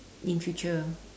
in future